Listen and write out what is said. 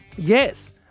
Yes